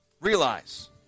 Realize